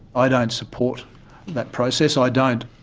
i don't support that process. i don't,